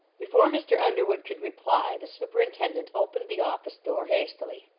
before mr. underwood could reply the superintendent opened the office door hastily.